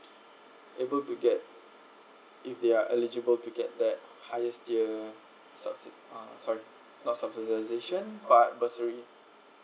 able to get if they're eligible to get that highest tier uh sorry not subsidisation but bursary